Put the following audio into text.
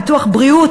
ביטוח בריאות,